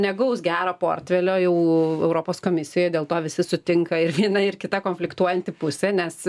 negaus gero portfelio jau europos komisija dėl to visi sutinka ir viena ir kita konfliktuojanti pusė nes